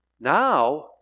now